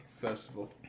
Festival